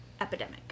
epidemic